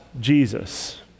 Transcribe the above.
Jesus